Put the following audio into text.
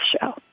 show